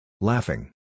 Laughing